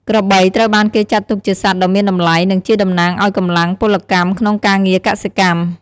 ក្របីត្រូវបានគេចាត់ទុកជាសត្វដ៏មានតម្លៃ និងជាតំណាងឱ្យកម្លាំងពលកម្មក្នុងការងារកសិកម្ម។